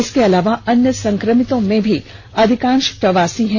इसके अलावे अन्य संक्रमितो में भी अधिकांश प्रवासी हैं